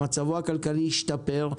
מצבו הכלכלי השתפר,